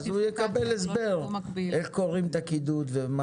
אז הוא יקבל הסבר איך קוראים את הקידוד.